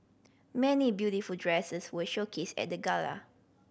many beautiful dresses were showcased at the gala